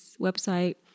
Website